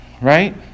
Right